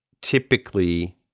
typically –